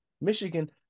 Michigan